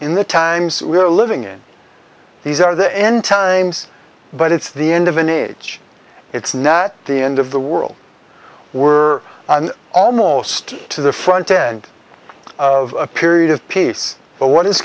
in the times we're living in these are the end times but it's the end of an age it's now at the end of the world we're almost to the front end of a period of peace but what is